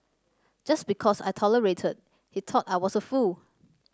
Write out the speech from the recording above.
just because I tolerated he thought I was a fool